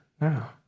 now